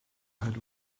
had